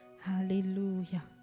Hallelujah